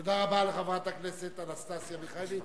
תודה רבה לחברת הכנסת אנסטסיה מיכאלי.